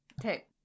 Okay